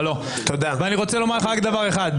אבל לא ודבר אחד,